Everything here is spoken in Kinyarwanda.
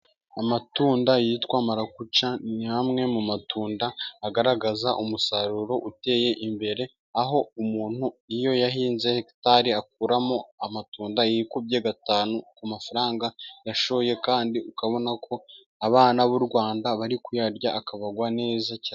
Amatunda yitwa marakuja ni amwe mu matunda agaragaza umusaruro uteye imbere, aho umuntu iyo yahinze hegitari akuramo amatunda yikubye gatanu ku mafaranga yashoye, kandi ukabona ko abana b'u Rwanda bari kuyarya akabagwa neza cyane.